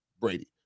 Brady